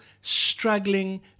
struggling